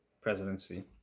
presidency